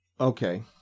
Okay